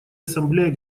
ассамблея